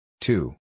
Two